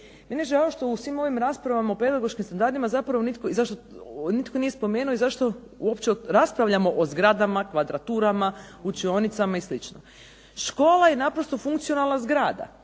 Meni je žao što u svim ovim raspravama o pedagoškim standardima zapravo nitko nije spomenuo i zašto uopće raspravljamo o zgradama, kvadraturama, učionicama i slično. Škola je naprosto funkcionalna zgrada